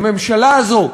הממשלה הזו,